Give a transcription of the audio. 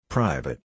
Private